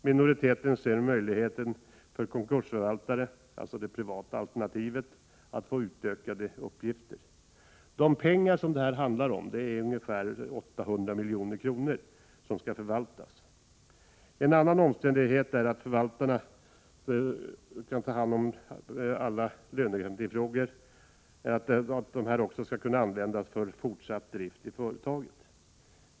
Minoriteten ser möjligheten för konkursförvaltare, dvs. det privata alternativet, att få ökade uppgifter. Det handlar om ca 800 milj.kr. som skall förvaltas. En annan omständighet är att förvaltarna skall ta hand om alla lönegarantifrågor och att de skall kunna använda pengarna till fortsatt drift i företaget.